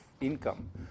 income